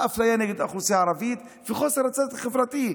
האפליה נגד האוכלוסייה הערבית וחוסר הצדק החברתי,